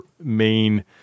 main